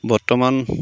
বৰ্তমান